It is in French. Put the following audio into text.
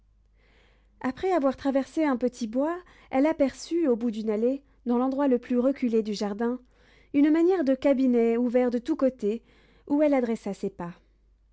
après avoir traversé un petit bois elle aperçut au bout d'une allée dans l'endroit le plus reculé du jardin une manière de cabinet ouvert de tous côtés où elle adressa ses pas